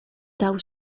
dał